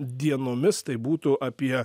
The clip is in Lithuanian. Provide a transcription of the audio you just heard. dienomis tai būtų apie